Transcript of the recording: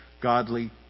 godly